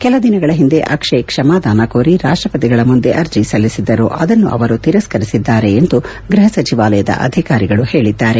ಕೆಲ ದಿನಗಳ ಹಿಂದೆ ಅಕ್ಷಯ್ ಕ್ಷಮಾದಾನ ಕೋರಿ ರಾಷ್ಟಪತಿಗಳ ಮುಂದೆ ಅರ್ಜಿ ಸಲ್ಲಿಸಿದ್ದರು ಅದನ್ನು ಅವರು ತಿರಸ್ಕರಿಸಿದ್ದಾರೆ ಎಂದು ಗ್ಬಹ ಸಚಿವಾಲಯದ ಅಧಿಕಾರಿಗಳು ಹೇಳಿದ್ದಾರೆ